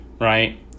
right